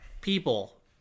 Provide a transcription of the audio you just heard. people